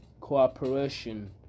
cooperation